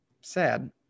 Sad